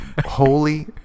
Holy